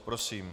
Prosím.